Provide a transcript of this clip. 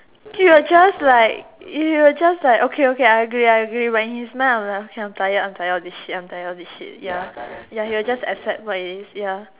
she will just like she will just like okay okay I agree I agree when he's mind like I am tired I am tired of this shit I am tired of this shit ya ya he will just accept what it is ya